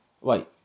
Wait